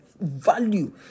value